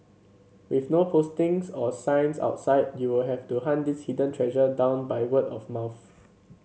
with no postings or signs outside you will have to hunt this hidden treasure down by word of mouth